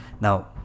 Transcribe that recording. now